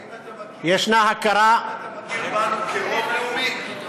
האם אתה מכיר בנו כרוב לאומי?